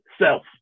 self